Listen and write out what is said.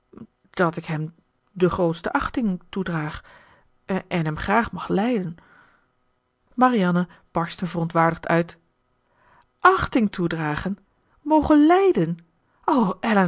dat ik hem de grootste achting toedraag en hem graag mag lijden marianne barstte verontwaardigd uit achting toedragen mogen lijden o